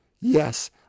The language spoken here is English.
Yes